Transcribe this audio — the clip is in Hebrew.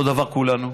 אותו דבר כולנו.